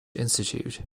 institute